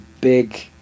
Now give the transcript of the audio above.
big